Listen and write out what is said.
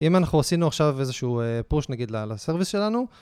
אם אנחנו עשינו עכשיו איזשהו פושט, נגיד, לסרוויסט שלנו,